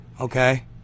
okay